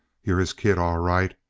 you're his kid, all right.